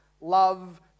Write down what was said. love